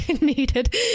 needed